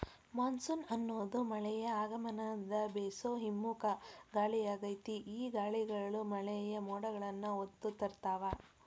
monsoon ಅನ್ನೋದು ಮಳೆಯ ಆಗಮನದ ಬೇಸೋ ಹಿಮ್ಮುಖ ಗಾಳಿಯಾಗೇತಿ, ಈ ಗಾಳಿಗಳು ಮಳೆಯ ಮೋಡಗಳನ್ನ ಹೊತ್ತು ತರ್ತಾವ